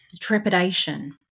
trepidation